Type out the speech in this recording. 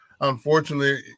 unfortunately